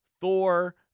Thor